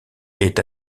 est